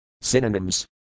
Synonyms